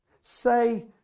say